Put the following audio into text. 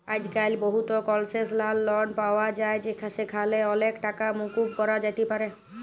আইজক্যাল বহুত কলসেসলাল লন পাওয়া যায় যেখালে অলেক টাকা মুকুব ক্যরা যাতে পারে